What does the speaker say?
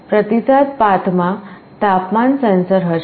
પ્રતિસાદ પાથમાં તાપમાન સેન્સર હશે